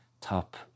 top